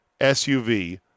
SUV